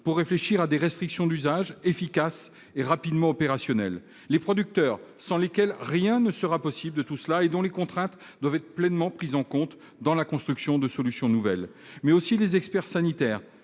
pour réfléchir à des restrictions d'usage efficaces et rapidement opérationnelles ; les producteurs, sans lesquels rien ne sera possible et dont les contraintes doivent être pleinement prises en compte dans la construction de solutions nouvelles ; les experts sanitaires,